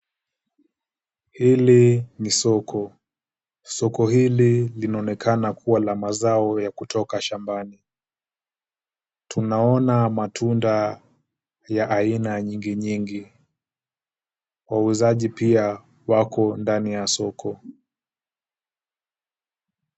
Hili ni soko. Soko hili linaonekana kuwa la mazao ya kutoka shambani. Tunaona matunda ya aina nyingi nyingi. Wauzaji pia wako ndani ya soko.